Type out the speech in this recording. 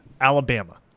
Alabama